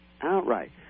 outright